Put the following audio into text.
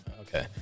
Okay